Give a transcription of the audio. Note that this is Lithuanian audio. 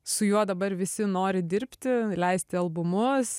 su juo dabar visi nori dirbti leisti albumus